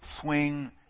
swing